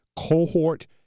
cohort